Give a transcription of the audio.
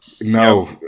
No